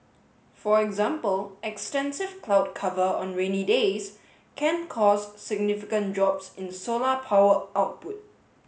for example extensive cloud cover on rainy days can cause significant drops in solar power output